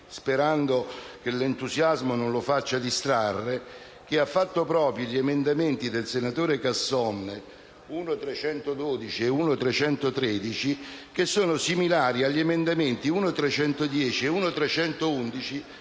sperando che l'entusiasmo non lo faccia distrarre, che ha fatto propri gli emendamenti del senatore Casson 1.312 e 1.313 che sono similari agli emendamenti 1.310 e 1.311